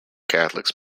catholics